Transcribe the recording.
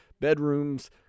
bedrooms